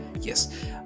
Yes